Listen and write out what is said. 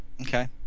okay